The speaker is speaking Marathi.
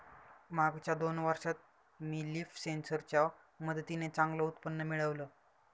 मागच्या दोन वर्षात मी लीफ सेन्सर च्या मदतीने चांगलं उत्पन्न मिळवलं